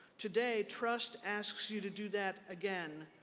today trust asks you to do that again.